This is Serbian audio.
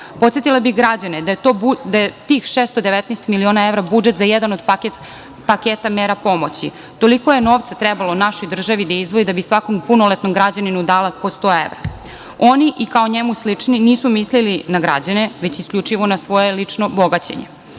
Podsetila bih građane da je tih 619 miliona evra budžet za jedan od paketa mera pomoći. Toliko je novca trebalo našoj državi da izdvoji da bi svakom punoletnom građaninu dala po sto evra. Oni, i kao njemu slični, nisu mislili na građane, već isključivo na svoje lično bogaćenje. Ja